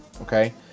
okay